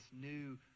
new